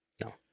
No